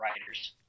writers